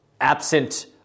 absent